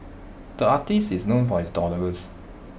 the artist is known for his doodles